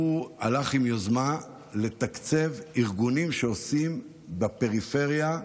הוא הלך עם יוזמה לתקצב ארגונים שעושים פעילות לילדים בפריפריה.